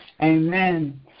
Amen